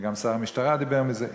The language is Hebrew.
וגם שר המשטרה דיבר על זה,